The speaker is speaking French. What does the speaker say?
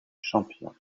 champion